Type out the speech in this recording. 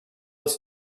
its